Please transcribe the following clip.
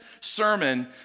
sermon